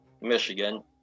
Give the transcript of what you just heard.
Michigan